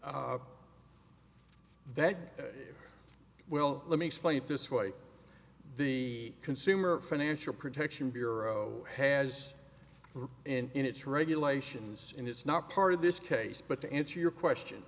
that's that well let me explain it this way the consumer financial protection bureau has and its regulations and it's not part of this case but to answer your question